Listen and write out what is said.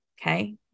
Okay